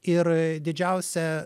ir didžiausia